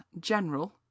general